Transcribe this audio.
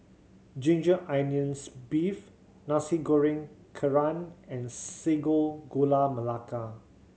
ginger onions beef Nasi Goreng Kerang and Sago Gula Melaka